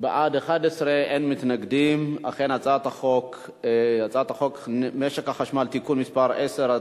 את הצעת חוק משק החשמל (תיקון מס' 10),